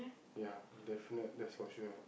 ya definite that's for sure